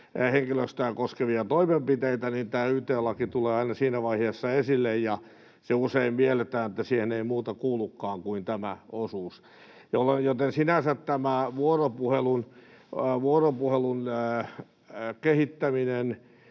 henkilöstöä koskevia toimenpiteitä, niin tämä yt-laki tulee aina siinä vaiheessa esille, ja usein mielletään, että siihen ei muuta kuulukaan kuin tämä osuus. Sinänsä siis tämä vuoropuhelun kehittäminen,